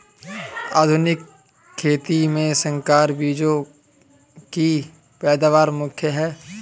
आधुनिक खेती में संकर बीजों की पैदावार मुख्य हैं